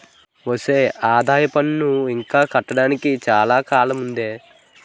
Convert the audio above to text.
ఒసే ఆదాయప్పన్ను లెక్క కట్టడానికి చాలా కాలముందే